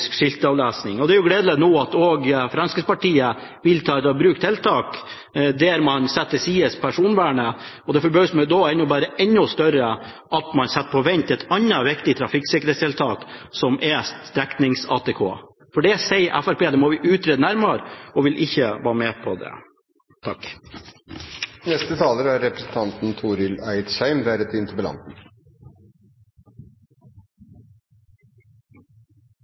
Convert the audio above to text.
gledelig at også Fremskrittspartiet nå vil ta i bruk tiltak der man setter til side personvernet. Og det forbauser meg da bare enda mer at man setter på vent et annet viktig trafikksikkhetstiltak: streknings-ATK. Fremskrittspartiet sier at det må utredes nærmere og vil ikke være med på det. Eg vil aller først få lov til å takke for det som eg synest er